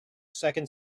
second